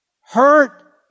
Hurt